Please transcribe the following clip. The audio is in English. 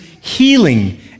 healing